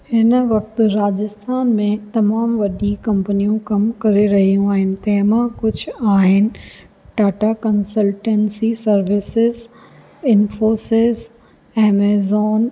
हिन वक़्ति राजस्थान में तमामु वॾी कंपनियूं कमु करे रहियूं आहिनि तंहिं मां कुझु आहिनि Tata consultancy services Infosys Amazon